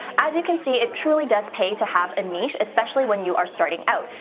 as you can see, it truly does pay to have a niche, especially when you are starting out.